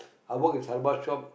I work in cebal shop